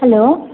hello